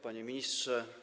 Panie Ministrze!